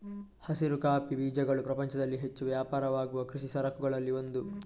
ಹಸಿರು ಕಾಫಿ ಬೀಜಗಳು ಪ್ರಪಂಚದಲ್ಲಿ ಹೆಚ್ಚು ವ್ಯಾಪಾರವಾಗುವ ಕೃಷಿ ಸರಕುಗಳಲ್ಲಿ ಒಂದು